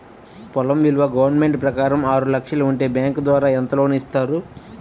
పొలం విలువ గవర్నమెంట్ ప్రకారం ఆరు లక్షలు ఉంటే బ్యాంకు ద్వారా ఎంత లోన్ ఇస్తారు?